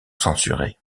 censurés